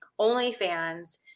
OnlyFans